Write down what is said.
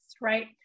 right